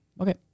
Okay